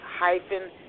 hyphen